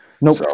Nope